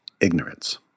ignorance